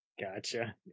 gotcha